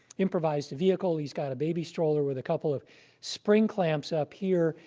improvised vehicle. he's got a baby stroller with a couple of spring clamps up here.